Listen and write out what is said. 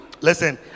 listen